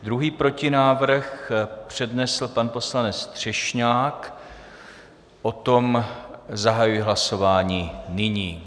Druhý protinávrh přednesl pan poslanec Třešňák, o tom zahajuji hlasování nyní.